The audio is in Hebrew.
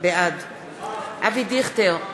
בעד אבי דיכטר,